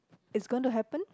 it's going to happen